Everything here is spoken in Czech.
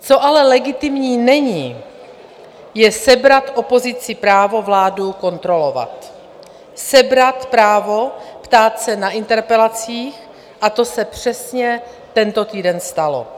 Co ale legitimní není, je sebrat opozici právo vládu kontrolovat, sebrat právo ptát se na interpelacích, a to se přesně tento týden stalo.